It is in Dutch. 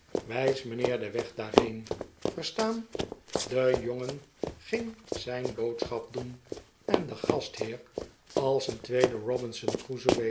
wijs mijnheer den weg daarheen verstaan de jongen ging zijn boodschap doen en de gastheer als een tweede robinson